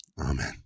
Amen